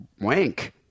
wank